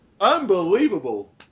Unbelievable